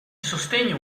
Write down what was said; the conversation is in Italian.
sostegno